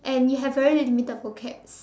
and you have very limited vocab